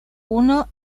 uno